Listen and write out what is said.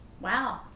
wow